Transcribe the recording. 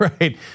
right